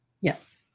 Yes